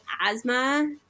asthma